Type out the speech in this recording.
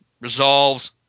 resolves